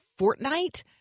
Fortnite